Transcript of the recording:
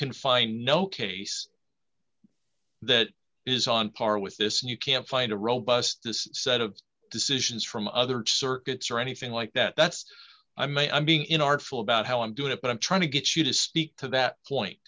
can find no case that is on par with this and you can't find a robust this set of decisions from other circuits or anything like that that's i'm a i'm being in artful about how i'm doing it but i'm trying to get you to speak to that point